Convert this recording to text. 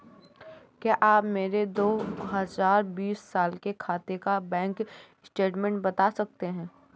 क्या आप मेरे दो हजार बीस साल के खाते का बैंक स्टेटमेंट बता सकते हैं?